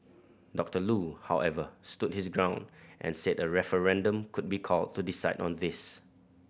Doctor Loo however stood his ground and said a referendum could be called to decide on this